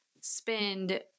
spend